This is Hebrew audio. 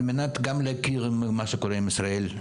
על מנת גם להכיר את מה שקורה בישראל,